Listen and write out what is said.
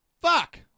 Fuck